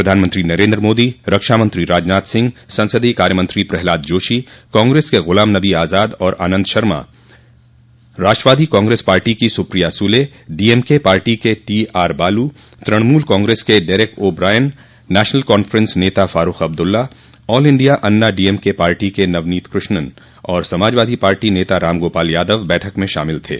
प्रधानमंत्री नरेन्द्र मोदी रक्षामंत्री राजनाथ सिंह संसदीय कार्यमंत्री प्रह्लाद जोशी कांग्रेस के गुलाम नबी आजाद और आनंद शर्मा राष्ट्रवादी कांग्रेस पार्टी की सुप्रिया सुले डीएमके पार्टी के T R Baalu Trinamool Congress के Derek O'Brien national conference नेता Farooq Abdullah all India Anna DMK party के नवनीत कृष्नन और समाजवादी पार्टी नेता रामगोपाल यादव बैठक में शामिल थे